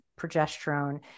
progesterone